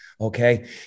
Okay